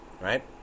right